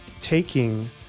taking